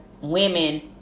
women